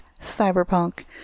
cyberpunk